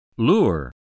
Lure